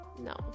no